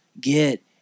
get